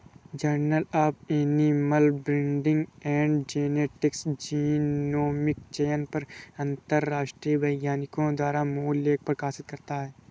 journal of animal breeding and genetics genomic चयन पर अंतरराष्ट्रीय वैज्ञानिकों द्वारा मूल लेख प्रकाशित करता है